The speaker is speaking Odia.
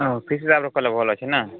ହଁ ଫିସ୍ ତାପରେ କଲେ ଭଲ ଅଛି ନା